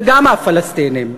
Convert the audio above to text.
וגם מהפלסטינים.